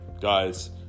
guys